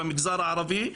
במגזר הערבי,